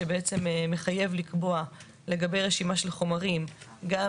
שבעצם מחייב לקבוע לגבי רשימה של חומרים גם